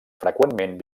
freqüentment